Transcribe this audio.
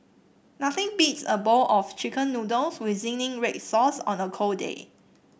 nothing beats a bowl of chicken noodles with zingy red sauce on a cold day